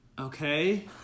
Okay